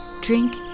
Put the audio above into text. Drink